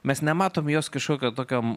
mes nematom jos kažkokio tokio